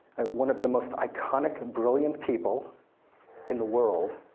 one of the most iconic, brilliant people in the world